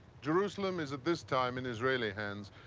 jerusalem is at this time in israeli hands,